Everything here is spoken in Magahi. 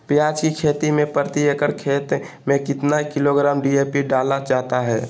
प्याज की खेती में प्रति एकड़ खेत में कितना किलोग्राम डी.ए.पी डाला जाता है?